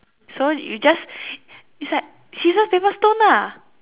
so you just it's like scissors paper stone lah